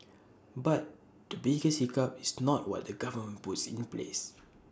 but the biggest hiccup is not what the government puts in place